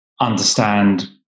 understand